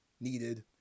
needed